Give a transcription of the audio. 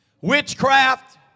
witchcraft